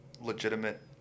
legitimate